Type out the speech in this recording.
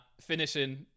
finishing